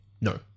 No